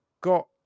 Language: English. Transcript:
got